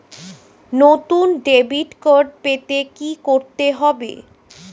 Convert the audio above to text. নতুন debit card পেতে কী করতে হবে?